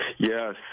Yes